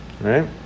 right